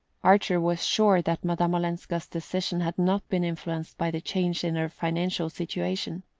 archer was sure that madame olenska's decision had not been influenced by the change in her financial situation.